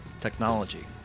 technology